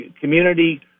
community